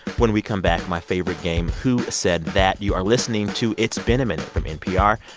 when we come back, my favorite game, who said that. you are listening to it's been a minute from npr.